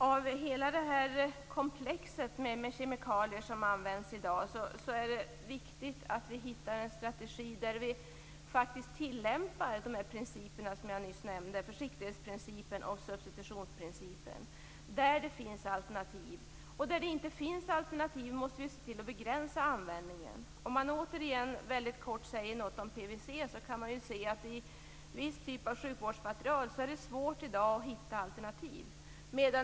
För hela komplexet med kemikalier som används i dag är det viktigt att vi hittar en strategi där vi faktiskt tillämpar de principer som jag nyss nämnde, försiktighetsprincipen och substitutionsprincipen, där alternativ finns. Där det inte finns alternativ måste vi se till att användningen begränsas. För att återigen kort säga något om PVC kan vi se att det för viss typ av sjukvårdsmaterial i dag är svårt att hitta alternativ.